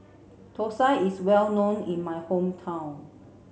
Thosai is well known in my hometown